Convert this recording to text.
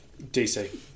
DC